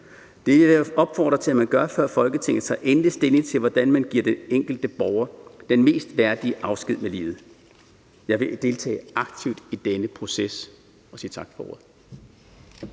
Det vil jeg opfordre til at man gør, før Folketinget tager endelig stilling til, hvordan man giver den enkelte borger den mest værdige afsked med livet. Jeg vil deltage aktivt i denne proces og sige tak for ordet.